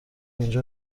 اونجا